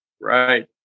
Right